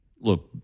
look